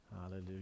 Hallelujah